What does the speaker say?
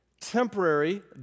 Temporary